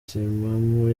timamu